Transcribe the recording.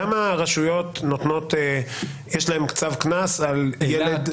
לכמה רשויות יש צו קנס על ילד?